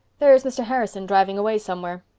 there's mr. harrison driving away somewhere.